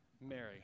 Mary